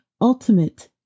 ultimate